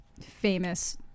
famous